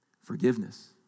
Forgiveness